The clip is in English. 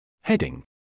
Heading